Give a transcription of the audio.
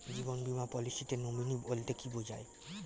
জীবন বীমা পলিসিতে নমিনি বলতে কি বুঝায়?